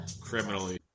Criminally